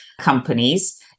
companies